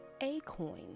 Acoin